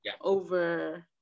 over